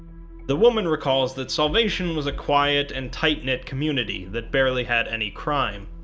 the woman recalls that salvation was a quiet and tight-knit community that barely had any crime.